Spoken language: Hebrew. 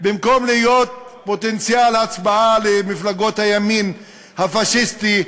במקום להיות פוטנציאל הצבעה למפלגות הימין הפאשיסטי,